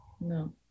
No